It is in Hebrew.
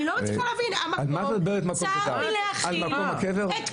המקום צר מלהכיל את כל האנשים.